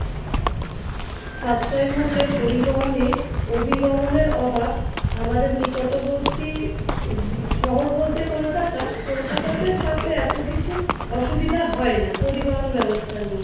সাশ্রয় মূল্যে পরিবহনে অভিগমনের অভাব আমাদের নিকটবর্তী শহর বলতে কলকাতা কলকাতাতে তাতে এতো কিছু অসুবিধা হয় না পরিবাহন ব্যবস্থা নিয়ে